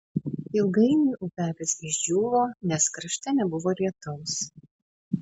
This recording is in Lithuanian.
ilgainiui upelis išdžiūvo nes krašte nebuvo lietaus